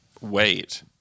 wait